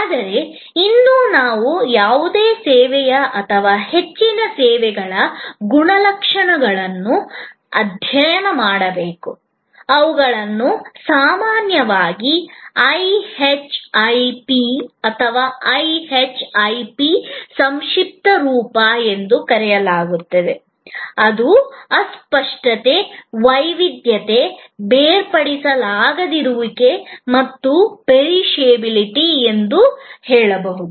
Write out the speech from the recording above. ಆದರೆ ಇನ್ನೂ ನಾವು ಯಾವುದೇ ಸೇವೆಯ ಅಥವಾ ಹೆಚ್ಚಿನ ಸೇವೆಗಳ ಈ ಗುಣಲಕ್ಷಣಗಳನ್ನು ಅಧ್ಯಯನ ಮಾಡಬೇಕು ಇವುಗಳನ್ನು ಸಾಮಾನ್ಯವಾಗಿ ಐಎಚ್ಐಪಿ ಅಥವಾ ಐಎಚ್ಐಪಿ ಸಂಕ್ಷಿಪ್ತ ರೂಪ ಎಂದು ಕರೆಯಲಾಗುತ್ತದೆ ಇದು ಅಸ್ಪಷ್ಟತೆ ವೈವಿಧ್ಯತೆ ಬೇರ್ಪಡಿಸಲಾಗದಿರುವಿಕೆ ಮತ್ತು ಪೆರಿಶಬಿಲಿಟಿ ಆಗಿರುತ್ತದೆ